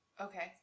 Okay